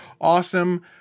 awesome